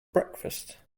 breakfast